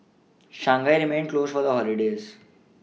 Shanghai remained closed for the holidays